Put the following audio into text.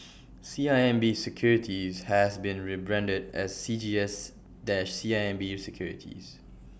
C I M B securities has been rebranded as C G S dot C I M B securities